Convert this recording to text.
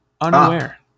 Unaware